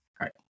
Right